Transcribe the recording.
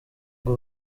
ngo